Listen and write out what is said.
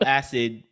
acid